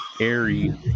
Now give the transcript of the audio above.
airy